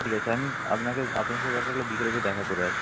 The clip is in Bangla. ঠিক আছে আমি আপনাকে আপনার সাথে দরকার হলে বিকেলে যেয়ে দেখা করে আসবো